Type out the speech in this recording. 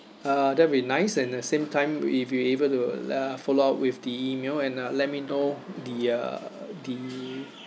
uh that'd be nice and the same time if you able to uh follow up with the email and uh let me know the uh the